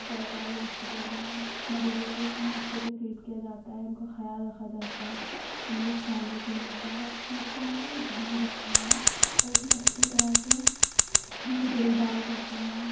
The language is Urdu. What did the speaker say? سرکاری ہوسپٹل میں مریضوں کو اتنے اچھے سے ٹریٹ کیا جاتا ہے ان کا خیال رکھا جاتا ہے ان کے کھانے پینے کا ہر چیز کا مطلب وہ دھیان رکھتے ہیں اور اتنی اچھی طرح سے ان کی دیکھ بھال کرتے ہیں